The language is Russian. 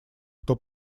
кто